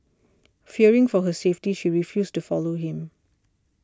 fearing for her safety she refused to follow him